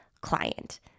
client